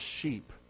sheep